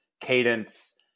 cadence